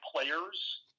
players